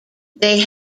they